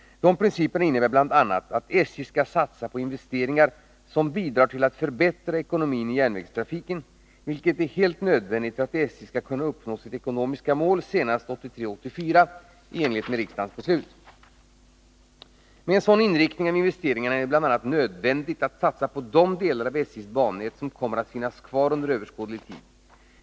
Dessa principer innebär bl.a. att SJ skall satsa på investeringar som bidrar till att förbättra ekonomin i järnvägstrafiken, vilket är helt nödvändigt för att SJ skall kunna uppnå sitt ekonomiska mål senast 1983/84 i enlighet med riksdagens beslut. Med en sådan inriktning av investeringarna är det bl.a. nödvändigt att satsa på de delar av SJ:s bannät som kommer att finnas kvar under överskådlig tid.